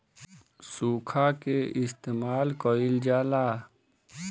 सुखा के इस्तेमाल कइल जाला